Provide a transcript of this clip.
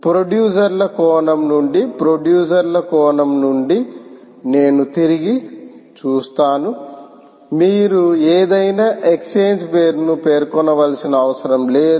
producer ల కోణం నుండి ప్రొడ్యూసర్ ల కోణం నుండి నేను తిరిగి చూస్తాను మీరు ఏదైనా ఎక్స్ఛేంజ్ పేరును పేర్కొనవలసిన అవసరం లేదు